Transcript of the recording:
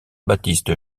baptiste